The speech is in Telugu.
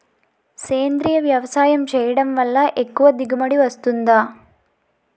సేంద్రీయ వ్యవసాయం చేయడం వల్ల ఎక్కువ దిగుబడి వస్తుందా?